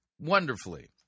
wonderfully